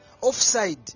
offside